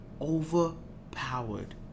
overpowered